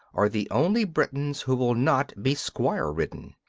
are the only britons who will not be squire-ridden.